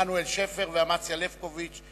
עמנואל שפר ואמציה לבקוביץ,